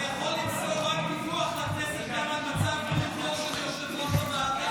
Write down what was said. אתה יכול למסור רק דיווח לכנסת על מצב בריאותו של יושב-ראש הוועדה?